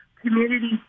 community